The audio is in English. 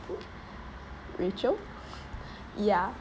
rachel ya